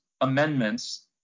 amendments